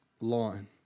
line